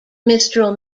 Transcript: mistral